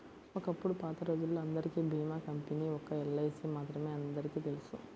ఒకప్పుడు పాతరోజుల్లో అందరికీ భీమా కంపెనీ ఒక్క ఎల్ఐసీ మాత్రమే అందరికీ తెలుసు